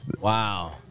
Wow